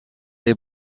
les